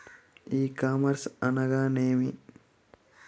ఈ కామర్స్ అనగానేమి?